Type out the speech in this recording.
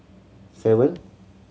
seven